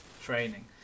Training